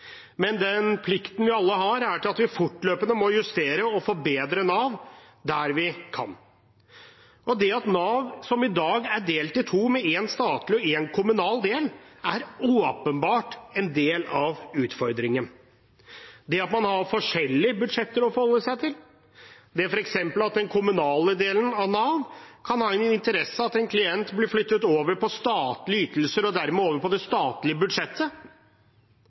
men den plikten vi alle har, er at vi fortløpende må justere og forbedre Nav der vi kan. Det at Nav i dag er delt i to med én statlig og én kommunal del, er åpenbart en del av utfordringen. Det at man har forskjellige budsjetter å forholde seg til, f.eks. at den kommunale delen av Nav kan ha interesse av at en klient blir flyttet over på statlige ytelser og dermed over på det statlige budsjettet,